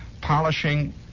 polishing